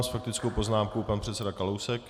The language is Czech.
S faktickou poznámkou pan předseda Kalousek.